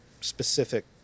specific